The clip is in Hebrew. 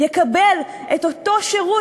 יקבל את אותו שירות,